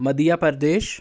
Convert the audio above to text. Madhya Pradesh